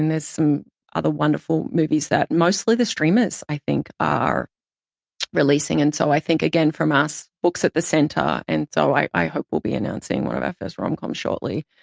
and there's some other wonderful movies that mostly the streamers, i think, are releasing. and so i think again, from us, books at the center. and so i i hope we'll be announcing one of our first rom-coms shortly.